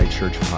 Church